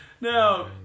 no